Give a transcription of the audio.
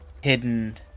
hidden